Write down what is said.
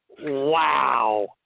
Wow